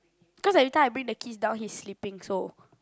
cause every time I bring the kids down he sleeping so